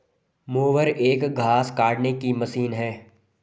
mower एक घास काटने की मशीन है